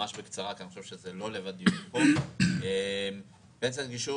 ממש בקצרה כי אני חושב שזה לא לב הדיון פה; פנסיית גישור